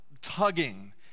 tugging